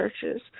churches